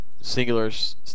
Singular's